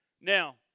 Now